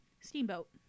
steamboat